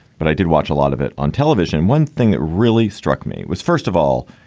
but i did watch a lot of it on television. one thing that really struck me was, first of all,